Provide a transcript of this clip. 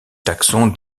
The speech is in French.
taxon